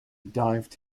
dived